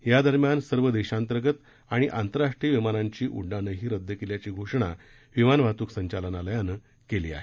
या दरम्यान सर्व देशांतर्गत आणि आंतरराष्ट्रीय विमानांची उड्डाणंही रद्द केल्याची घोषणा विमान वाहतूक संचालनालयानं केली आहे